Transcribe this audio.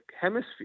hemisphere